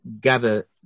gather